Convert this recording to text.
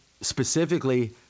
specifically